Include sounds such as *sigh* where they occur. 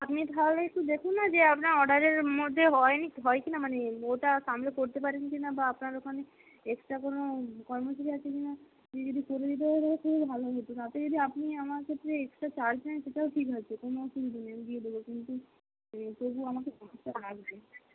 আপনি তাহলে একটু দেখুন না যে আপনার অর্ডারের মধ্যে হয় *unintelligible* হয় কি না মানে ওটা সামলে করতে পারেন কি না বা আপনার ওখানে এক্সট্রা কোনো কর্মচারী আছে কি না আপনি যদি করে দিতে *unintelligible* ভালো হতো তাতে যদি আপনি আমার ক্ষেত্রে এক্সট্রা চার্জ নেন সেটাও ঠিক আছে কোনো অসুবিধা নেই আমি দিয়ে দেবো কিন্তু তবুও আমাকে *unintelligible* লাগবে